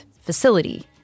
facility